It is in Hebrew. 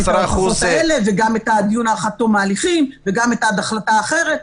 גם דיון להארכה עד תום ההליכים וגם החלטה אחרת.